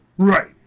Right